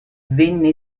venne